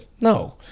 no